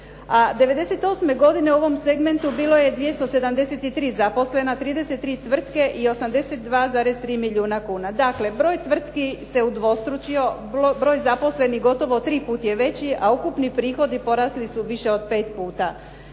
A '98. godine u ovom segmentu bilo je 273 zaposlena, 33 tvrtke i 82,3 milijuna kuna. Dakle, broj tvrtki se udvostručio. Broj zaposlenih gotovo tri puta je veći, a ukupni prihodi porasli su više od pet puta.